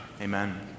Amen